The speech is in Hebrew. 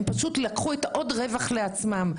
הם פשוט לקחו עוד רווח לעצמם.